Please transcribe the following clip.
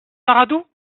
garadoux